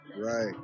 Right